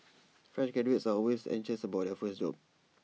fresh graduates are always anxious about their first job